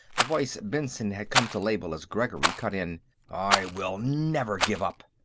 the voice benson had come to label as gregory, cut in i will never give up!